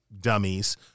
dummies